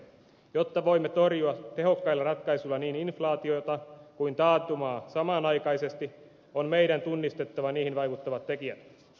jotta voimme torjua tehokkailla ratkaisuilla niin inflaatiota kuin taantumaa samanaikaisesti on meidän tunnistettava niihin vaikuttavat tekijät